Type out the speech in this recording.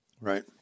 right